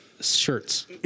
shirts